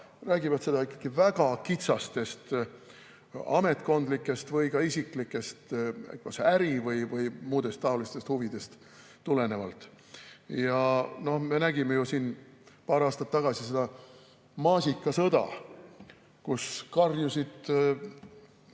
räägivad seda väga kitsastest ametkondlikest või isiklikest äri‑ või muudest taolistest huvidest tulenevalt. Me nägime siin paar aastat tagasi maasikasõda, kus